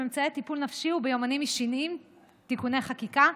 בממצאי טיפול נפשי וביומנים אישיים (תיקוני חקיקה),